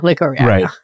Right